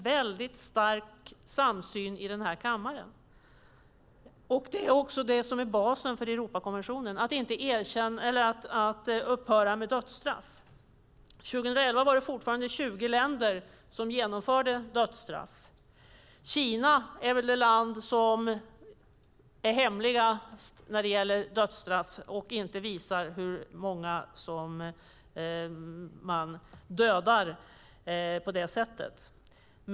Att dödsstraff ska upphöra är också basen i Europakonventionen. År 2011 genomförde 20 länder dödsstraff. Kina är hemligast när det gäller dödsstraff och visar inte hur många som dödats på det sättet.